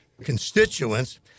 constituents